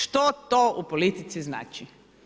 Što to u politici znači?